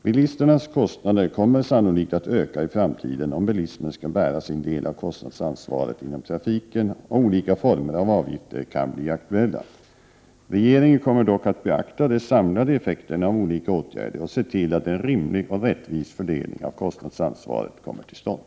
Bilisternas kostnader kommer sannolikt att öka i framtiden om bilismen skall bära sin del av kostnadsansvaret inom trafiken, och olika former av avgifter kan bli aktuella. Regeringen kommer dock att beakta de samlade effekterna av olika åtgärder och se till att en rimlig och rättvis fördelning av kostnadsansvaret kommer till stånd.